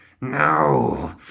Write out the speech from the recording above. No